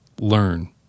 Learn